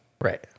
Right